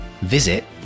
visit